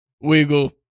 Wiggle